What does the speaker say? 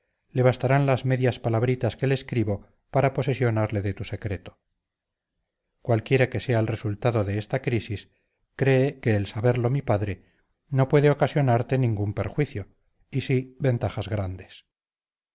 bastarán las medias palabritas que le escribo para posesionarle de tu secreto cualquiera que sea el resultado de esta crisis cree que el saberlo mi padre no puede ocasionarte ningún perjuicio y sí ventajas grandes